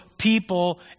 people